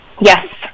yes